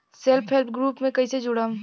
Self help group से कइसे जुड़म?